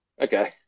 Okay